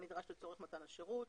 הנדרש לצורך מתן השירות,